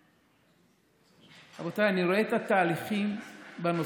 רבותיי, אני רואה את התהליכים בנושא.